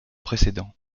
précédent